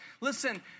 Listen